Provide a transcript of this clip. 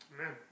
Amen